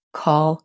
call